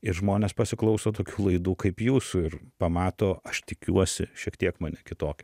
ir žmonės pasiklauso tokių laidų kaip jūsų ir pamato aš tikiuosi šiek tiek mane kitokį